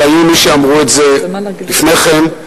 אבל היו מי שאמרו את זה לפני כן,